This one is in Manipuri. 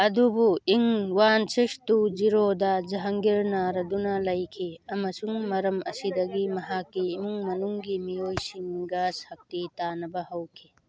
ꯑꯗꯨꯕꯨ ꯏꯪ ꯋꯥꯟ ꯁꯤꯛꯁ ꯇꯨ ꯖꯦꯔꯣꯗ ꯖꯍꯟꯒꯤꯔ ꯅꯥꯔ ꯗꯨꯅ ꯂꯩꯈꯤ ꯑꯃꯁꯨꯡ ꯃꯔꯝ ꯑꯁꯤꯗꯒꯤ ꯃꯍꯥꯛꯀꯤ ꯏꯃꯨꯡ ꯃꯅꯨꯡꯒꯤ ꯃꯤꯑꯣꯏꯁꯤꯡꯒ ꯁꯛꯇꯤ ꯇꯥꯟꯅꯕ ꯍꯧꯈꯤ